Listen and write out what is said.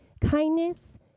kindness